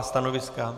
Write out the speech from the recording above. Stanoviska.